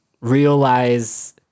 realize